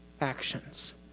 actions